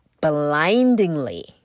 blindingly